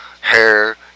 hair